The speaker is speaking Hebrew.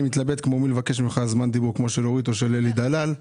אני מתלבט כמוהו לבקש ממך זמן דיבור כמו של אורית או של אלי דלל.